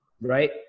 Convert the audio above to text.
Right